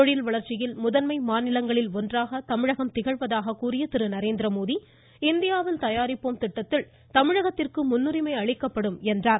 தொழில்வளர்ச்சியில் முதன்மை மாநிலங்களில் ஒன்றாக தமிழகம் திகழ்வதாக கூறிய பிரதமர் இந்தியாவில் தயாரிப்போம் திட்டத்தில் தமிழகத்திற்கு முன்னுரிமை அளிக்கப்படும் என்றார்